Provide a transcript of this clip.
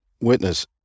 witness